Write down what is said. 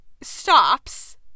stops